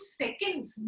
seconds